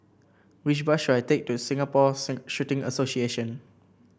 which bus should I take to Singapore Shooting Association